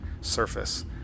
surface